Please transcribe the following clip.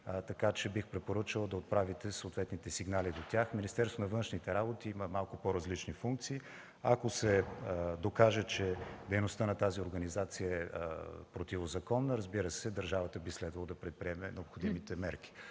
така че бих препоръчал да отправите съответните сигнали до тях. Министерството на външните работи има малко по-различни функции. Ако се докаже, че дейността на тази организация е противозаконна, разбира се, държавата би следвало да предприеме необходимите мерки.